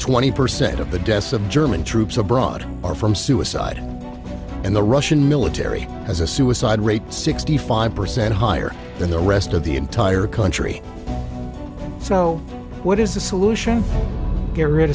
twenty percent of the deaths of german troops abroad are from suicide and the russian military has a suicide rate sixty five percent higher than the rest of the entire country so what is the solution